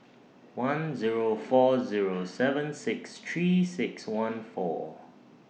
one Zero four Zero seven six three six one four